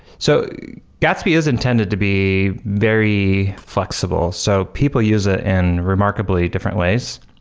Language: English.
so gatsby is intended to be very flexible. so people use it in remarkably different ways,